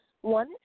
one